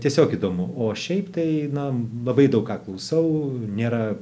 tiesiog įdomu o šiaip tai na labai daug ką klausau nėra